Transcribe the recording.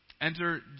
Enter